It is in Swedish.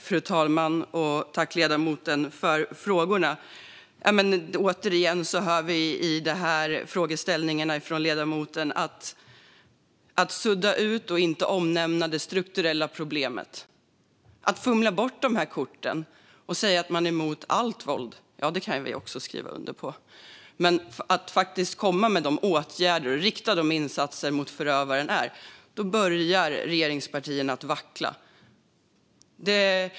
Fru talman! Jag tackar ledamoten för frågorna. I frågeställningarna från ledamoten hör vi återigen detta att man suddar ut och inte omnämner det strukturella problemet. Man blandar bort korten. Man säger att man är emot allt våld - ja, det kan vi också skriva under på, men när det gäller att faktiskt komma med åtgärder och rikta insatser mot dem som är förövare börjar regeringspartierna vackla.